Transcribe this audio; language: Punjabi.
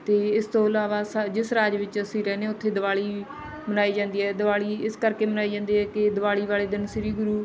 ਅਤੇ ਇਸ ਤੋਂ ਇਲਾਵਾ ਜਿਸ ਰਾਜ ਵਿੱਚ ਅਸੀਂ ਰਹਿੰਦੇ ਹਾਂ ਉੱਥੇ ਦੀਵਾਲੀ ਮਨਾਈ ਜਾਂਦੀ ਹੈ ਦੀਵਾਲੀ ਇਸ ਕਰਕੇ ਮਨਾਈ ਜਾਂਦੀ ਹੈ ਕਿ ਦੀਵਾਲੀ ਵਾਲੇ ਦਿਨ ਸ਼੍ਰੀ ਗੁਰੂ